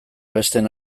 besteen